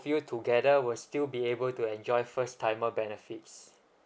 you together will still be able to enjoy first timer benefits